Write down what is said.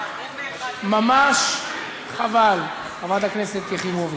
תעברו מאחד, ממש חבל, חברת הכנסת יחימוביץ.